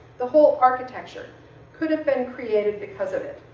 the whole architecture could have been created because of it,